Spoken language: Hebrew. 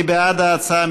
מי בעד ההצעה?